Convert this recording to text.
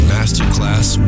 Masterclass